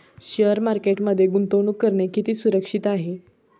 Share मार्केटमध्ये गुंतवणूक करणे किती सुरक्षित आहे?